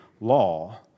law